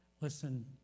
Listen